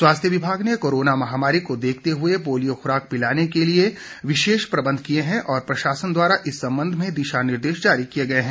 स्वास्थ्य विभाग ने कोरोना महामारी को देखते हुए पोलियो खुराक पिलाने के लिए विशेष प्रबंध किए हैं और प्रशासन द्वारा इस संबंध में दिशा निर्देश जारी किए गए हैं